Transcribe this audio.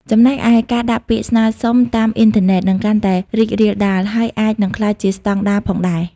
ចំណែកឯ ការដាក់ពាក្យស្នើសុំតាមអ៊ីនធឺណិត នឹងកាន់តែរីករាលដាល ហើយអាចនឹងក្លាយជាស្តង់ដារផងដែរ។